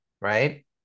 right